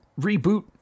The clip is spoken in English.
reboot